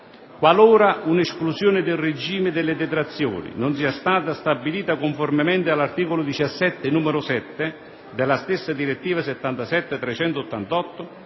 qualora un'esclusione del regime delle detrazioni non sia stata stabilita conformemente all'articolo 17 numero 7 della stessa direttiva n. 77/388,